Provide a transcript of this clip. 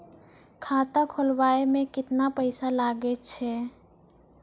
खाता खोलबाबय मे केतना पैसा लगे छै?